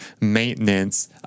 maintenance